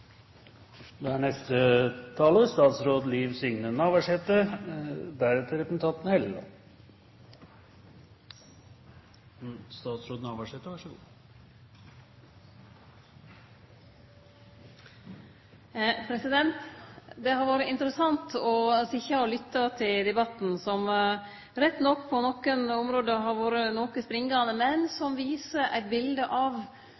Det har vore interessant å sitje og lytte til debatten, som rett nok på nokre område har vore noko springande, men som viser eit bilete av